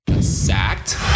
Sacked